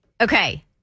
okay